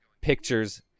pictures